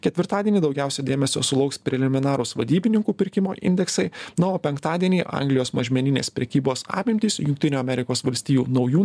ketvirtadienį daugiausia dėmesio sulauks preliminarūs vadybininkų pirkimo indeksai na o penktadienį anglijos mažmeninės prekybos apimtys jungtinių amerikos valstijų naujų